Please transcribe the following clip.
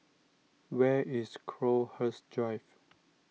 where is Crowhurst Drive